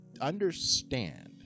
understand